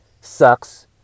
sucks